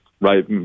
right